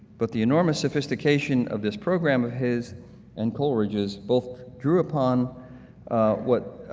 but the enormous sophistication of this program of his and coleridge's both drew upon what